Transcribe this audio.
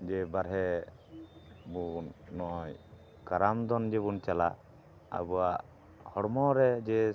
ᱡᱮ ᱵᱟᱨᱦᱮ ᱵᱚᱱ ᱱᱚᱜᱼᱚᱭ ᱠᱟᱨᱟᱢ ᱫᱚᱱ ᱡᱮᱵᱚᱱ ᱪᱟᱞᱟᱜ ᱟᱵᱚᱣᱟᱜ ᱦᱚᱲᱢᱚ ᱨᱮ ᱡᱮ